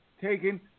taken